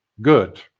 good